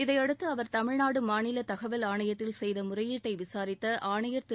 இதையடுத்து அவர் தமிழ்நாடு மாநில தகவல் ஆணையத்தில் செய்த முறையீட்டை விசாரித்த ஆணையர் திரு